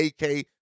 AK